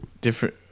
different